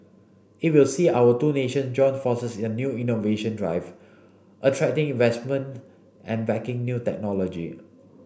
it will see our two nation join forces in new innovation drive attracting investment and backing new technology